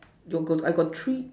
you got I got three